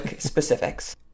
specifics